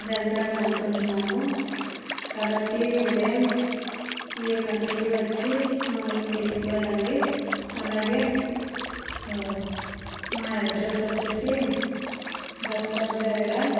వెళ్దామననుకుంటున్నాము కాబట్టి ఉదయం ఏడు గంటలకి వచ్చి మమ్మల్ని తీసుకు వెళ్ళండి అలాగే మా అడ్రస్ వచ్చేసి బస్స్టాప్ దగ్గర